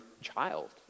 child